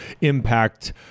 impact